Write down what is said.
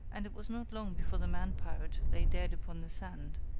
and it was not long before the man pirate lay dead upon the sand,